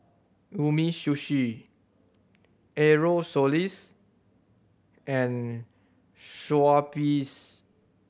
Umisushi Aerosoles and Schweppes